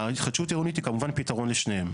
התחדשות עירונית היא כמובן פתרון לשניהם.